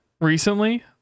recently